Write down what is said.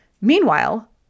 Meanwhile